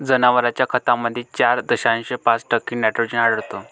जनावरांच्या खतामध्ये चार दशांश पाच टक्के नायट्रोजन आढळतो